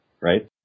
right